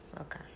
Okay